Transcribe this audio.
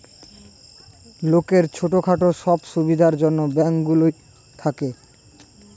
লোকের ছোট খাটো সব সুবিধার জন্যে ব্যাঙ্ক গুলো থাকে